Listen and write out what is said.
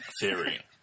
theory